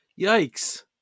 Yikes